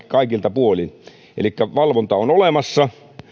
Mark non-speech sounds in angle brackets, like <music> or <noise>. <unintelligible> kaikilta puolin valvonta on olemassa